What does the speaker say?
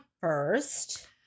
first